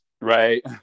Right